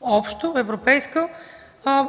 общо от Европейската